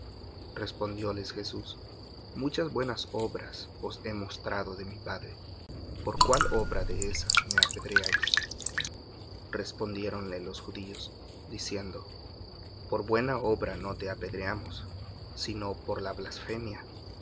apedrearle respondióles jesús muchas buenas obras os he mostrado de mi padre por cuál obra de esas me apedreáis respondiéronle los judíos diciendo por buena obra no te apedreamos sino por la blasfemia